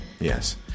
Yes